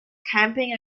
camping